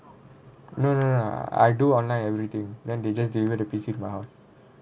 no no no I do online everything then they just deliver the P_C to my house